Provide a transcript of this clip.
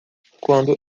quando